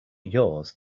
yours